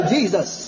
Jesus